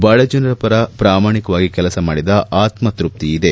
ಬಡಜನರ ಪರ ಪ್ರಾಮಾಣಿಕವಾಗಿ ಕೆಲಸ ಮಾಡಿದ ಆತ್ಪತ್ಯಪ್ತಿಇದೆ